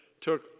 took